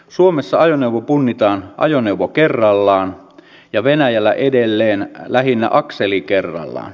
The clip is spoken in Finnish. suomessa ajoneuvo punnitaan ajoneuvo kerrallaan ja venäjällä edelleen lähinnä akseli kerrallaan